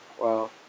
Wow